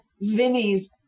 Vinny's